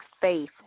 faith